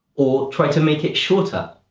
or try to make it shorter.